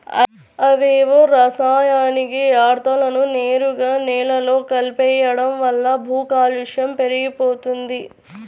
అవేవో రసాయనిక యర్థాలను నేరుగా నేలలో కలిపెయ్యడం వల్ల భూకాలుష్యం పెరిగిపోతంది